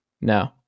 no